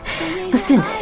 listen